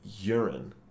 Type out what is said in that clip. urine